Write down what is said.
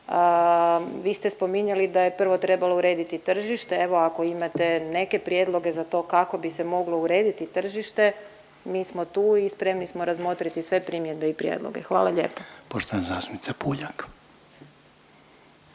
Vi ste spominjali da je prvo trebalo urediti tržište, evo ako imate neke prijedloge za to kako bi se moglo urediti tržište, mi smo tu i spremni smo razmotriti sve primjedbe i prijedloge. Hvala lijepo. **Reiner, Željko